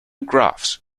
graphs